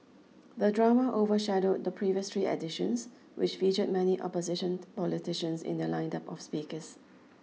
the drama overshadowed the previous three editions which featured many opposition politicians in their line up of speakers